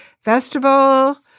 festival